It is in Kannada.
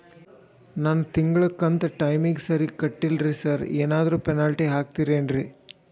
ನಾನು ತಿಂಗ್ಳ ಕಂತ್ ಟೈಮಿಗ್ ಸರಿಗೆ ಕಟ್ಟಿಲ್ರಿ ಸಾರ್ ಏನಾದ್ರು ಪೆನಾಲ್ಟಿ ಹಾಕ್ತಿರೆನ್ರಿ?